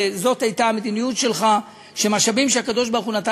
וזאת הייתה המדיניות שלך שמשאבים שהקדוש-ברוך-הוא נתן